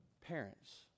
Parents